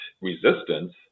resistance